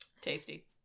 Tasty